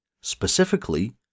specifically